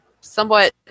somewhat